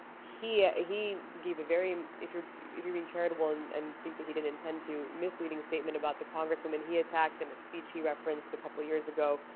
he ah he gave a very if you're if you're being charitable and and think that he didn't intend to misleading statement about the congresswoman he attacked in a speech he referenced a couple of years ago.